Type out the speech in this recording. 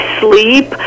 sleep